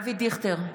(קוראת בשמות חברי הכנסת) אבי דיכטר,